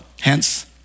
hence